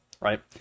right